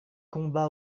combat